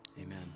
amen